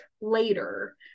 later